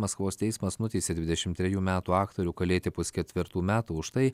maskvos teismas nuteisė dvidešimt trejų metų aktorių kalėti pusketvirtų metų už tai